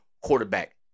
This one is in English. quarterback